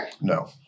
no